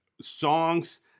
songs